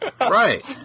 Right